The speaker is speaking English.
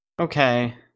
okay